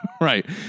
Right